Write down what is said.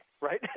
right